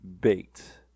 bait